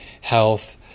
health